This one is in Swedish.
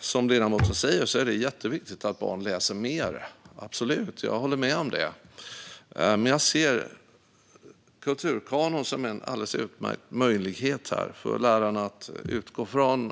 Som ledamoten säger är det jätteviktigt att barn läser mer, absolut. Jag håller med om det, och jag ser kulturkanon som en alldeles utmärkt möjlighet för lärarna att utgå från.